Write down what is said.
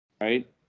right